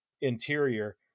interior